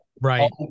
Right